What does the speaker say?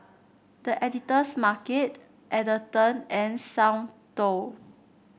The Editor's Market Atherton and Soundteoh